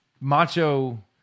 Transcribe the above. Macho